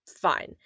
fine